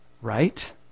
Right